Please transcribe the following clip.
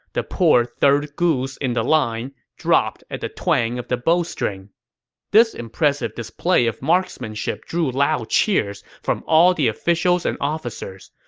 the poor third goose in the line dropped at the twang of the bowstring this impressive display of marksmanship drew loud cheers from all the officials and officers,